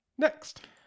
Next